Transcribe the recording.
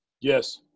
Yes